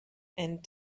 and